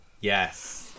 yes